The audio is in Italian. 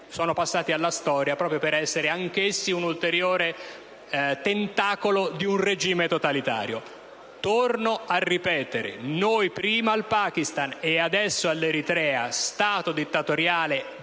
sono passati alla storia proprio per essere anch'essi un'ulteriore tentacolo di un regime totalitario. Torno a ripetere che noi prima regaliamo veicoli al Pakistan e adesso all'Eritrea, Stato dittatoriale dal